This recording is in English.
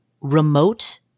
remote